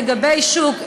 לגבי שוק.